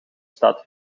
staat